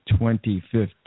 2015